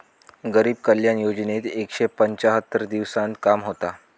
गरीब कल्याण योजनेत एकशे पंच्याहत्तर दिवसांत काम होता